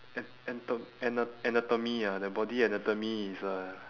an~ anto~ ana~ anatomy ah their body anatomy is uh